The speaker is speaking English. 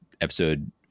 episode